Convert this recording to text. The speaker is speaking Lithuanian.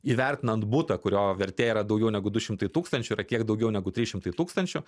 įvertinant butą kurio vertė yra daugiau negu du šimtai tūkstančių yra kiek daugiau negu trys šimtai tūkstančių